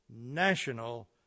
national